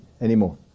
anymore